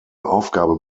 aufgabe